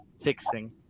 fixing